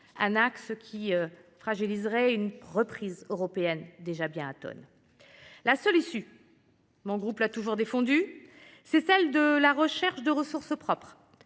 Cet axe fragiliserait une reprise européenne déjà bien atone. La seule issue – le groupe RDSE l’a toujours défendue –, c’est celle de la recherche de ressources propres.